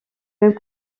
mêmes